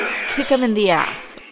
ah kick them in the ass.